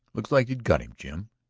looks like you'd got him, jim,